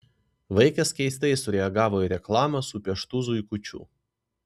vaikas keistai sureagavo į reklamą su pieštu zuikučiu